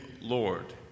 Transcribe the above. Lord